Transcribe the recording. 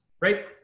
right